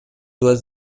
was